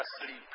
asleep